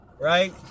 right